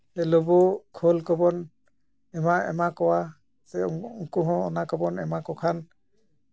ᱞᱩᱵᱩᱜ ᱠᱷᱳᱞ ᱠᱚᱵᱚᱱ ᱮᱢᱟ ᱮᱢᱟ ᱠᱚᱣᱟ ᱥᱮ ᱩᱱᱠᱩ ᱦᱚᱸ ᱚᱱᱟ ᱠᱚᱵᱚᱱ ᱮᱢᱟ ᱠᱚᱠᱷᱟᱱ